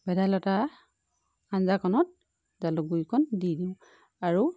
ভেদাইলতা আঞ্জাকণত জালুক গুৰিকণ দি দিওঁ আৰু